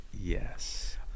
yes